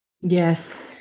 yes